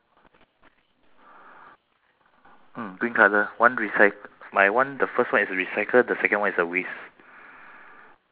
okay so the second one then after that I will see a lady pushing a trolley